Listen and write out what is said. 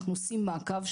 אנחנו עושים מעקב.